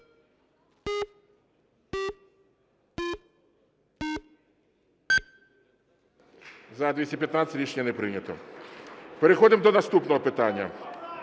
За-215 Рішення не прийнято. Переходимо до наступного питання.